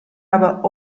aber